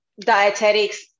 dietetics